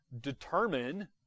determine